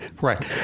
Right